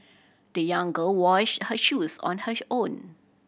the young girl washed her shoes on hers own